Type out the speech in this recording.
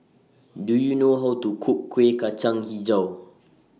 Do YOU know How to Cook Kueh Kacang Hijau